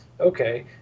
okay